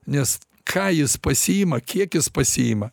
nes ką jis pasiima kiek jis pasiima